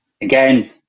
Again